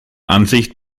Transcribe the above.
ansicht